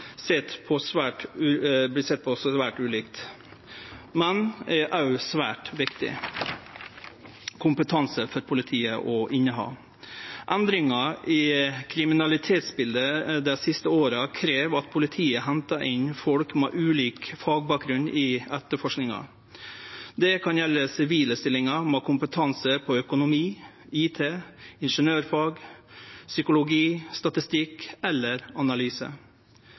sett på svært ulikt, men er svært viktig kompetanse for politiet å inneha. Endringa i kriminalitetsbildet dei siste åra krev at politiet hentar inn folk med ulik fagbakgrunn i etterforskinga. Det kan gjelde sivile stillingar med kompetanse på økonomi, IT, ingeniørfag, psykologi, statistikk eller analyse.